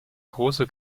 große